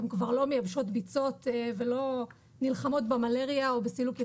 הן כבר לא מייבשות ביצות ולא נלחמות במלריה או בסילוק יתושים,